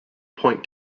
point